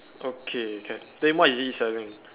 okay can then what is it selling